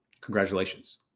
Congratulations